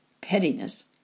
Pettiness